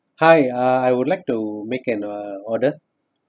hi uh I would like to make an uh order